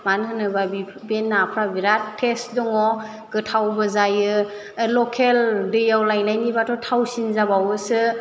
मानो होनोबा बे नाफ्रा बेराद टेस्ट दङ गोथावबो जायो लकेल दैआव लायनायनिबाथ' थावसिन जाबावोसो